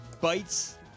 bites